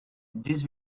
this